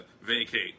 vacate